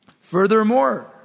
Furthermore